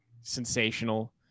sensational